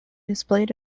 displayed